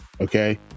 okay